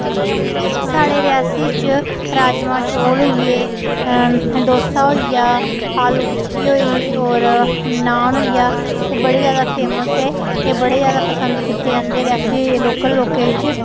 साढ़े रियासी च राजमा चौल होई गे डोसा होई आ आलू टिक्की होई गेई और नान होइया एह् बड़े ज्यादा फेमस ऐ एह् बड़े ज्यादा पसंद कीत्ते जन्दे रेआसी लोकल लोकें विच